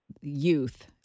youth